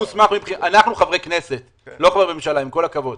אנחנו חברי כנסת, לא בממשלה, עם כל הכבוד.